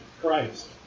Christ